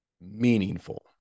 meaningful